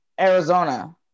Arizona